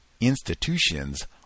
institutions